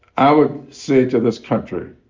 i would say to this country